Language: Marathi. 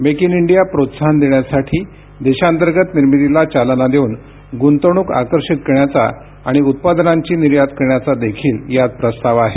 मेक इन इंडिया प्रोत्साहन देण्यासाठी देशांतर्गत निर्मितीला चालना देऊन गुंतवणूक आकर्षित करण्याचा आणि उत्पादनांची निर्यात करण्याचा देखील यात प्रस्ताव आहे